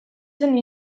zen